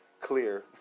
clear